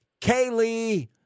Kaylee